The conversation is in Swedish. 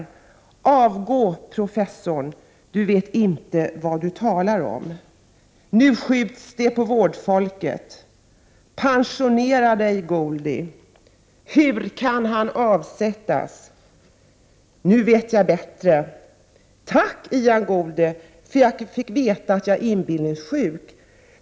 Under huvudrubriken ”Avgå professorn, du vet inte vad du talar om!” publicerades ett antal insändare, bl.a. under rubrikerna ”Nu skjuts det på vårdfolket”, ”Pensionera dig, Goldie!” och ”Hur kan han avsättas?” . I en av insändarna med rubriken ”Nu vet jag bättre” skriver signaturen ”Vårdbiträde i handikappomsorgen som stortrivs på sitt jobb”: ”Tack Ian Goldie för att jag fick veta att jag är inbillningssjuk.